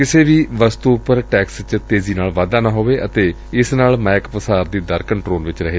ਕਿਸੇ ਵੀ ਵਸਤੁ ਉਪਰ ਟੈਕਸ ਵਿਚ ਤੇਜ਼ੀ ਨਾਲ ਵਾਧਾ ਨਾ ਹੋਵੇ ਅਤੇ ਇਸ ਨਾਲ ਮਾਇਕ ਪਾਸਾਰ ਦੀ ਦਰ ਕੰਟਰੋਲ ਵਿਚ ਰਹੇ